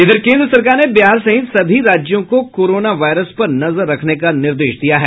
इधर केन्द्र सरकार ने बिहार सहित सभी राज्यों को कोरोना वायरस के मामलों पर नजर रखने का निर्देश दिया है